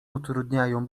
utrudniają